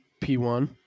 P1